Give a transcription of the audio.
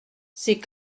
c’est